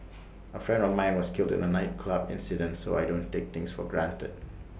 A friend of mine was killed in A nightclub incident so I don't take things for granted